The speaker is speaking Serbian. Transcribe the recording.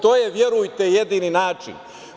To je verujte jedini način.